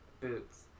Boots